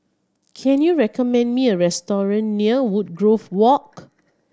can you recommend me a restaurant near Woodgrove Walk